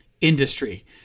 industry